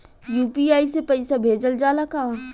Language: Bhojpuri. यू.पी.आई से पईसा भेजल जाला का?